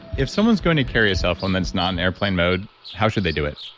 if someone's going to carry a cell phone that's not in airplane mode, how should they do it?